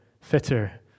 fitter